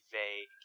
vague